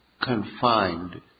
confined